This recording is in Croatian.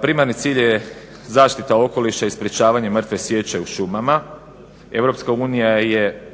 Primarni cilj je zaštita okoliša i sprečavanje mrtve sječe u šumama. Europska unija je